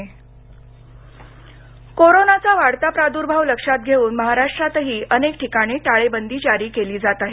टाळेबंदी कोरोनाचा वाढता प्रादुर्भाव लक्षात घेऊन महाराष्ट्रातही अनेक ठिकाणी टाळेबंदी जारी केली जात आहे